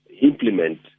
implement